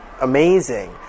amazing